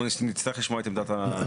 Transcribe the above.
נצטרך לשמוע את עמדת הממשלה.